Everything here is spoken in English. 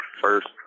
first